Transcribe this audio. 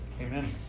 Amen